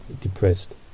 depressed